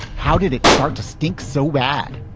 how did it start to stink so bad?